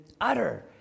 utter